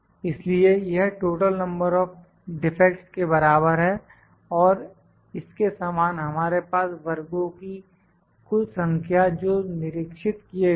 इसलिए यह total number of defects के बराबर है और इसके समान हमारे पास वर्गों की कुल संख्या है जो निरीक्षित किए गए हैं